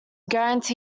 that